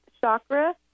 chakra